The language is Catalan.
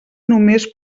només